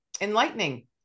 enlightening